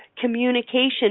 communication